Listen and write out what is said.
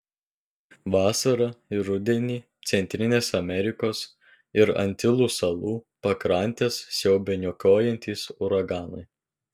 vasarą ir rudenį centrinės amerikos ir antilų salų pakrantes siaubia niokojantys uraganai